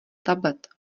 tablet